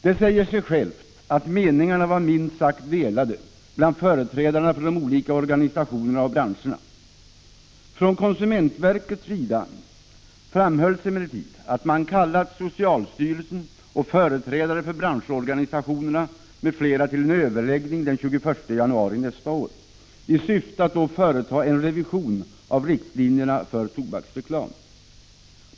Det säger sig självt att meningarna var minst sagt delade bland företrädarna för de olika organisationerna och branscherna. Från konsumentverkets sida framhölls emellertid att man kallat företrädare för socialstyrelsen och för branschorganisationerna till en överläggning den 21 januari nästa år i syfte att då företa en revision av riktlinjerna för tobaksreklam.